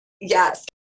Yes